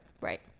Right